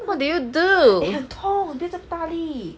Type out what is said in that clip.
eh 很痛不痒这样大力